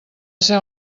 ser